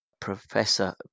Professor